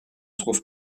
trouve